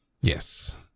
Yes